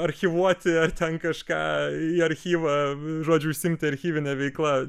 archyvuoti ar ten kažką į archyvą žodžiu užsiimti archyvine veikla